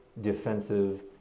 defensive